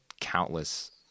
countless